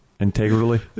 Integrally